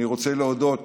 אני רוצה להודות